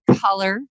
color